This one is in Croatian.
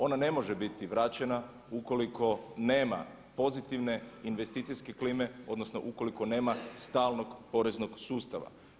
Ona ne može biti vraćena ukoliko nema pozitivne investicijske klime odnosno ukoliko nema stalnog poreznog sustava.